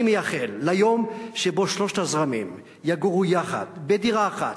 אני מייחל ליום שבו שלושת הזרמים יגורו יחד בדירה אחת,